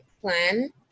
plan